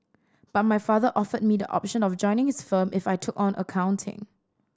but my father offered me the option of joining his firm if I took on accounting